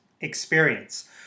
experience